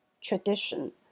tradition